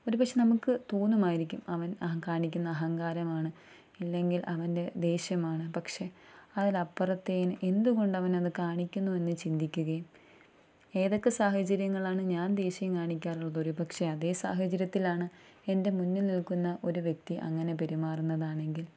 ഒരു പക്ഷെ നമുക്കു തോന്നുമായിരിക്കും അവൻ ആ കാണിക്കുന്ന അഹങ്കാരമാണ് ഇല്ലെങ്കിൽ അവൻ്റെ ദേഷ്യമാണ് പക്ഷെ അതിലപ്പുറത്തേന് എന്തു കൊണ്ടവനതു കാണിക്കുന്നു എന്നു ചിന്തിക്കുകയും ഏതൊക്കെ സാഹചര്യങ്ങളാണ് ഞാൻ ദേഷ്യം കാണിക്കാറുള്ളത് ഒരു പക്ഷെ അതേ സാഹചര്യത്തിലാണ് എൻ്റെ മുന്നിൽ നിൽക്കുന്ന ഒരു വ്യക്തി അങ്ങനെ പെരുമാറുന്നതാണെങ്കിൽ